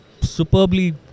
superbly